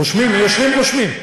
רושמים, יושבים, רושמים.